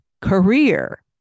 career